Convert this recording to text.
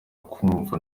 kumvwa